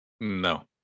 No